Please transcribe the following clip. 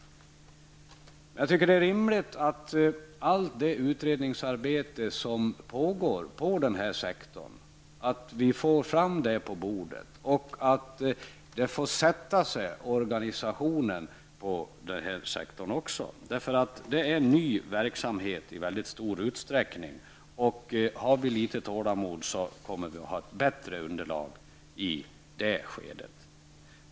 Jag tycker det är rimligt att först få fram på bordet allt det utredningsarbete som pågår inom denna sektor. Organisationen inom sektorn måste få sätta sig. Det är i mycket stor utsträckning fråga om en ny verksamhet. Det krävs litet tålamod, och vi kommer att ha ett bättre underlag i ett senare skede.